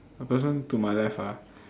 the person to my left ah